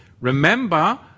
Remember